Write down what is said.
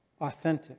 Authentic